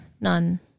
None